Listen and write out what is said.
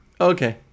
okay